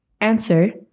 Answer